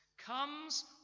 Comes